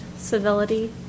civility